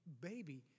baby